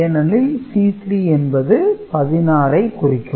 ஏனெனில் C3 என்பது 16 ஐ குறிக்கும்